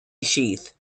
sheath